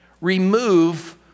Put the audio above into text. Remove